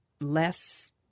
less